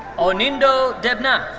ah anindya debnath.